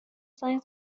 زنگ